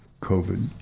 COVID